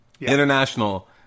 international